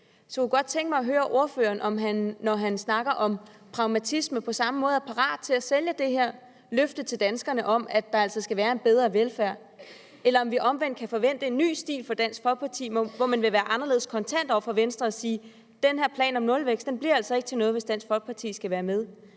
jeg kunne godt tænke mig at høre, om ordføreren, der snakker om pragmatisme, på samme måde er parat til at sælge det løfte til danskerne om, at der altså skal være en bedre velfærd, eller om vi omvendt kan forvente en ny stil fra Dansk Folkeparti, hvor man vil være anderledes kontant over for Venstre og sige: Den her plan om nulvækst bliver altså ikke til noget, hvis Dansk Folkeparti skal være med.